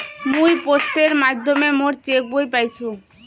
মুই পোস্টের মাধ্যমে মোর চেক বই পাইসু